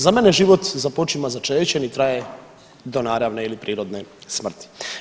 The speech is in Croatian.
Za mene život započima začećem i traje do naravne ili prirodne smrti.